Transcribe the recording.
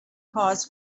cause